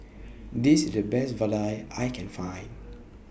This IS The Best Vadai I Can Find